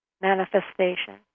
manifestation